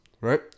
right